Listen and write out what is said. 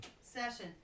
Session